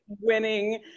winning